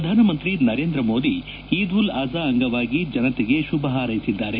ಪ್ರಧಾನಮಂತ್ರಿ ನರೇಂದ್ರ ಮೋದಿ ಈದ್ ಉಲ್ ಆಜಾ ಅಂಗವಾಗಿ ಜನತೆಗೆ ಶುಭ ಹಾರೈಸಿದ್ದಾರೆ